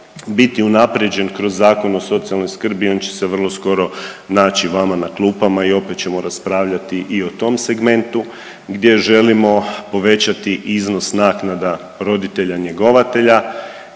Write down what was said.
biti unaprijeđen kroz Zakon o socijalnoj skrbi, on će se vrlo skoro naći vama na klupama i opet ćemo raspravljati i o tom segmentu gdje želimo povećati iznos naknada roditelja njegovatelja,